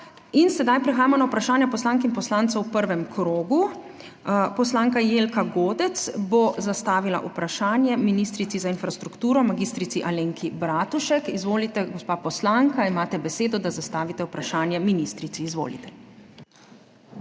In sedaj prehajamo na vprašanja poslank in poslancev v prvem krogu. Poslanka Jelka Godec bo zastavila vprašanje ministrici za infrastrukturo mag. Alenki Bratušek. Izvolite, gospa poslanka, imate besedo, da zastavite vprašanje ministrici. **JELKA